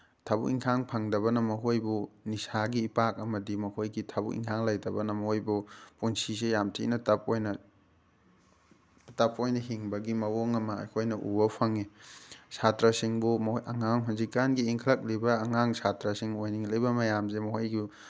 ꯊꯕꯛ ꯏꯟꯈꯥꯡ ꯐꯪꯗꯕꯅ ꯃꯈꯣꯏꯕꯨ ꯅꯤꯁꯥꯒꯤ ꯏꯄꯥꯛ ꯑꯃꯗꯤ ꯃꯈꯣꯏꯒꯤ ꯊꯕꯛ ꯏꯟꯈꯥꯡ ꯂꯩꯇꯕꯅ ꯃꯣꯏꯕꯨ ꯄꯨꯟꯁꯤꯁꯦ ꯌꯥꯝ ꯊꯤꯅ ꯇꯞ ꯑꯣꯏꯅ ꯇꯞ ꯑꯣꯏꯅ ꯍꯤꯡꯕꯒꯤ ꯃꯑꯣꯡ ꯑꯃ ꯑꯩꯈꯣꯏꯅ ꯎꯕ ꯐꯪꯉꯤ ꯁꯥꯇ꯭ꯔꯁꯤꯡꯕꯨ ꯑꯉꯥꯡ ꯍꯧꯖꯤꯛꯀꯥꯟꯒꯤ ꯏꯟꯈꯠꯂꯛꯏꯕ ꯑꯉꯥꯡ ꯁꯥꯇ꯭ꯔꯁꯤꯡ ꯑꯣꯏꯅꯤꯡꯂꯤꯕ ꯃꯌꯥꯝꯁꯦ ꯃꯈꯣꯏꯒꯤ